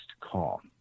call